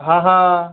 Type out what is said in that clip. ਹਾਂ ਹਾਂ